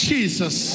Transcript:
Jesus